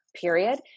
period